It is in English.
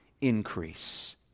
increase